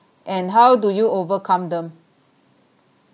and how do you overcome them